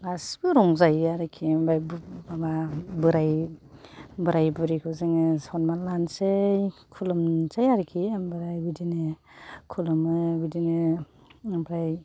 गासैबो रंजायो आरोखि ओमफ्राय माबा बोराइ बुरिखौ जोङो सन्मान लानोसै खुलुमनोसै आरोखि ओमफ्राय बिदिनो खुलुमो बिदिनो ओमफ्राय